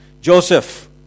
Joseph